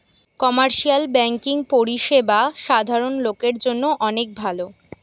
commercial banking পরিষেবা সাধারণ লোকের জন্য অনেক ভালো